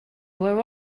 were